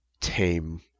tame